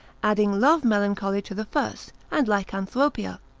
adding love melancholy to the first, and lycanthropia.